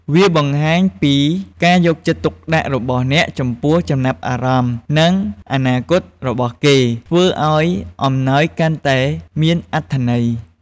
វាបង្ហាញពីការយកចិត្តទុកដាក់របស់អ្នកចំពោះចំណាប់អារម្មណ៍ និងអនាគតរបស់គេ ធ្វើឱ្យអំណោយកាន់តែមានអត្ថន័យ។